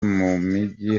mumigi